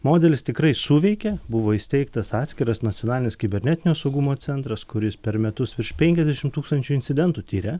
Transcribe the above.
modelis tikrai suveikė buvo įsteigtas atskiras nacionalinis kibernetinio saugumo centras kuris per metus virš penkiasdešimt tūkstančių incidentų tiria